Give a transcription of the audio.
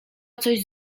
coś